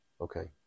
okay